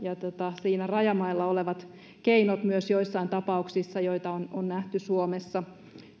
siinä rajamailla olevat keinot myös joissain tapauksissa joita on on nähty suomessa